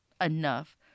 enough